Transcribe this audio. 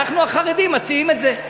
אנחנו, החרדים, מציעים את זה.